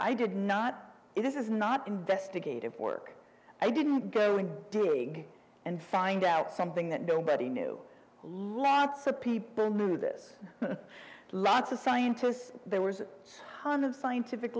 i did not it is not investigative work i didn't go in doing and find out something that nobody knew a lot so people knew this lots of scientists there was so fond of scientific